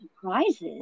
surprises